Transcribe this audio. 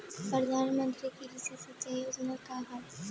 प्रधानमंत्री कृषि सिंचाई योजना का ह?